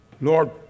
Lord